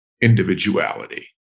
individuality